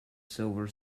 silver